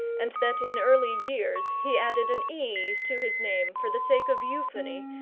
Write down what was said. and that in early years he added an e to his name, for the sake of euphony,